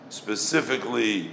specifically